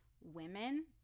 women